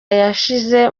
yashize